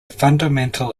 fundamental